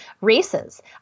races